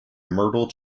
myrtle